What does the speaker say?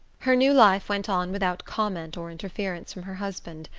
her new life went on without comment or interference from her husband,